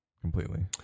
completely